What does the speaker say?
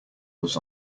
was